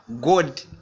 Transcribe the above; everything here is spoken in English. God